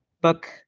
book